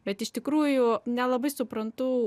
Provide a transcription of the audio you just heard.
bet iš tikrųjų nelabai suprantu